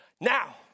Now